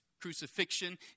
crucifixion